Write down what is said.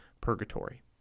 purgatory